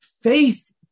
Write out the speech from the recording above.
Faith